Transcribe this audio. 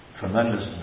tremendous